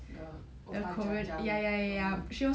the O BBa Jjajang oh